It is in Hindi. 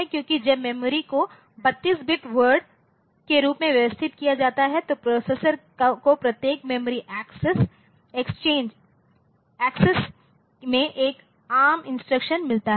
क्योंकि जब मेमोरी को 32 बिट वर्ड के रूप में व्यवस्थित किया जाता है तो प्रोसेसर को प्रत्येक मेमोरी एक्सेस में एक एआरएम इंस्ट्रक्शन मिलता है